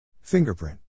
Fingerprint